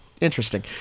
interesting